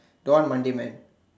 don't Monday man